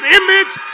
image